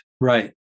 right